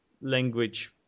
language